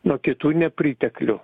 nuo kitų nepriteklių